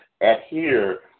adhere